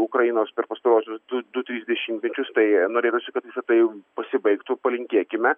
ukrainos per pastaruosius du du tris dešimtmečius tai norėtųsi kad visa tai pasibaigtų palinkėkime